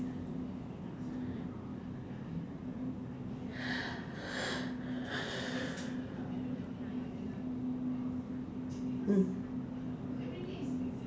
mm